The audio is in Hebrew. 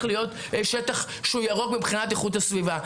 להיות שטח ירוק מבחינת איכות הסביבה.